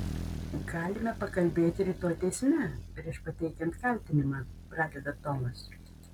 galime pakalbėti rytoj teisme prieš pateikiant kaltinimą pradeda tomas